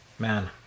Man